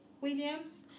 Williams